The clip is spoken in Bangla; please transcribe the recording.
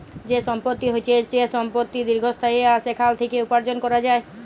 যে সম্পত্তি হচ্যে যে সম্পত্তি দীর্ঘস্থায়ী আর সেখাল থেক্যে উপার্জন ক্যরা যায়